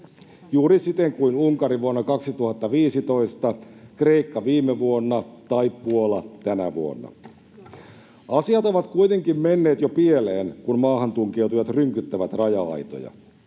juuri siten kuin Unkari toimi vuonna 2015, Kreikka viime vuonna tai Puola tänä vuonna. Asiat ovat kuitenkin menneet jo pieleen, kun maahantunkeutujat rynkyttävät raja-aitoja.